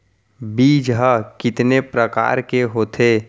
बीज ह कितने प्रकार के होथे?